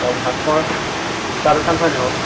অঁ ভাস্কৰ জোতা দোকান হয় নাই বাৰু